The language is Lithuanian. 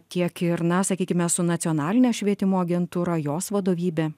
tiek ir na sakykime su nacionaline švietimo agentūra jos vadovybe